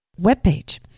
webpage